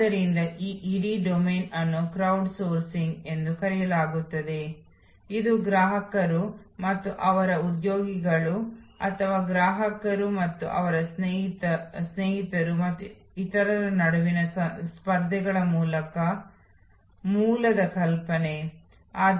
ಆದ್ದರಿಂದ ಇವುಗಳು ನಾವು ಮೊದಲೇ ಉಲ್ಲೇಖಿಸಿರುವ ಟಚ್ ಪಾಯಿಂಟ್ಗಳಾಗಿವೆ ಅವುಗಳು ಸೇವಾ ನೌಕರರಿಗೆ ವಿವೇಚನೆ ಪಾಯಿಂಟ್ ನಿರ್ಧಾರ ತೆಗೆದುಕೊಳ್ಳುವ ಅಂಶಗಳಾಗಿವೆ